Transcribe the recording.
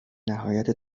نهایت